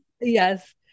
Yes